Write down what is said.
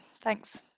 thanks